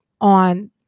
on